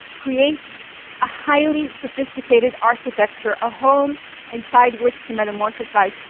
creates a highly sophisticated architecture, a home inside which to metamorphisize.